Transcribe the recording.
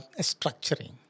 structuring